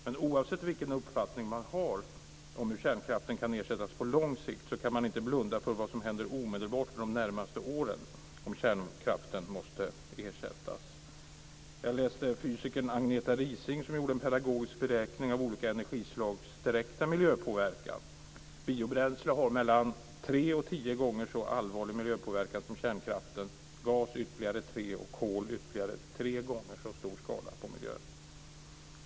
Men oavsett vilken uppfattning man har om hur kärnkraften kan ersättas på lång sikt kan man inte blunda för vad som händer omedelbart de närmaste åren om kärnkraften måste ersättas. Jag läste fysikern Agneta Rising, som gjorde en pedagogisk beräkning av olika energislags direkta miljöpåverkan. Biobränsle har mellan tre och tio gånger så allvarlig miljöpåverkan som kärnkraften. Gas gör ytterligare tre och kol ytterligare tre gånger så stor skada på miljön.